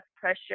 pressure